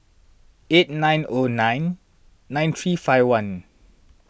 eight nine O nine nine three five one